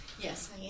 Yes